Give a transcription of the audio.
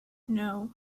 know